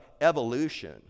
evolution